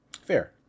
Fair